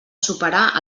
superar